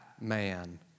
man